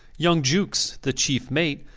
young jukes, the chief mate,